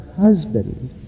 husband